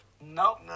Nope